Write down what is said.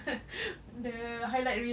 the highlight reel